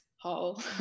hole